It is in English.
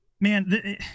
Man